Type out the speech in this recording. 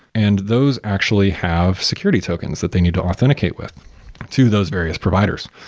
and those actually have security tokens that they need to authenticate with to those various providers.